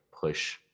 push